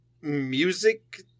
music